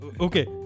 okay